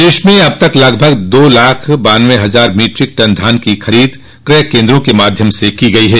प्रदेश में अब तक लगभग दो लाख बान्नब हजार मीट्रिक टन धान की खरीद कय केन्द्रों के माध्यम से की गयी है